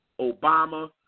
Obama